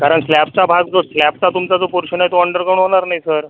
कारण स्लॅबचा भाग जो स्लॅबचा तुमचा जो पोर्शन आहे तो अंडरग्राउंड होणार नाही सर